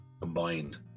combined